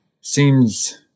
seems